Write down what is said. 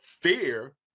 fear